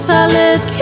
Salad